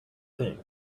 thing